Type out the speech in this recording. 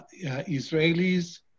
Israelis